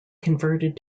converted